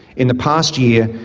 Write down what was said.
in the past year,